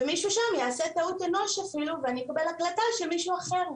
ומישהו שם יעשה טעות אנוש ואני אקבל הקלטה של מישהו אחר,